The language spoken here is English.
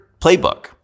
playbook